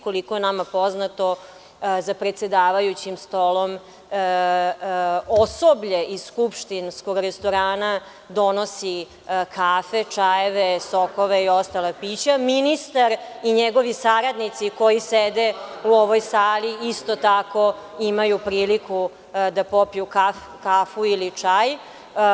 Koliko je nama poznato, za predsedavajućim stolom osoblje iz skupštinskog restorana donose kafe, čajeve, sokove i ostala pića, a ministar i njegovi saradnici koji sede u ovoj sali isto tako imaju priliku da popiju kafu ili čaj.